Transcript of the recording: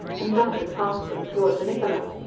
and darted past them toward the niccola.